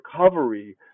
recovery